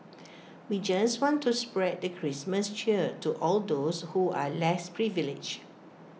we just want to spread the Christmas cheer to all those who are less privileged